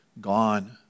gone